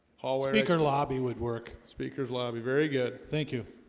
hallway her lobby would work speaker's lobby very good. thank you